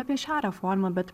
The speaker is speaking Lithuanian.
apie šią reformą bet